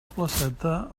placeta